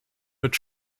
wird